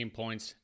points